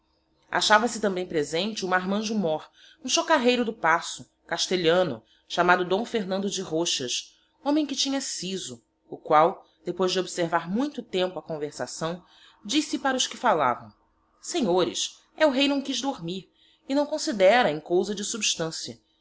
achava-se tambem presente o marmanjo mór um chocarreiro do paço castelhano chamado d fernando de roxas homem que tinha siso o qual depois de observar muito tempo a conversação disse para os que fallavam senhores el-rei não quiz dormir e não considera em cousa de